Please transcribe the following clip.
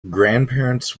grandparents